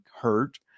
hurt